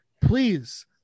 please